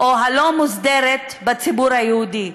או הלא-מוסדרת בציבור היהודי,